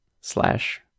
slash